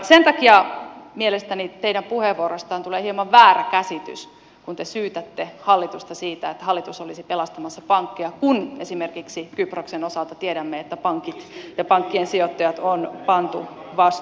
sen takia mielestäni teidän puheenvuoroistanne tulee hieman väärä käsitys kun te syytätte hallitusta siitä että hallitus olisi pelastamassa pankkeja kun esimerkiksi kyproksen osalta tiedämme että pankit ja pankkien sijoittajat on pantu vastuuseen